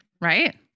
Right